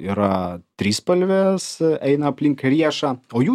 yra trispalvės eina aplink riešą o jų